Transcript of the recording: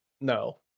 No